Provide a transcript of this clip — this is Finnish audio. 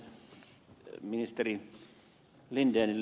ministeri lindenille